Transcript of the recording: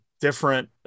different